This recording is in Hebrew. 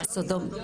סדובניק.